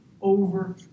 over